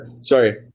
Sorry